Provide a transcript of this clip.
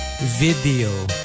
video